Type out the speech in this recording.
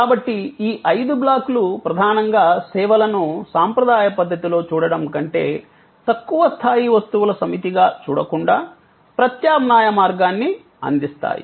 కాబట్టి ఈ ఐదు బ్లాక్లు ప్రధానంగా సేవలను సాంప్రదాయ పద్ధతిలో చూడటం కంటే తక్కువస్థాయి వస్తువుల సమితిగా చూడకుండా ప్రత్యామ్నాయ మార్గాన్ని అందిస్తాయి